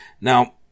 Now